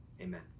Amen